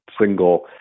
single